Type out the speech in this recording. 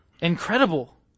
Incredible